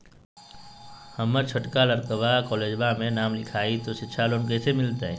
हमर छोटका लड़कवा कोलेजवा मे नाम लिखाई, तो सिच्छा लोन कैसे मिलते?